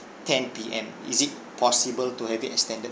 ten P_M is it possible to have it extended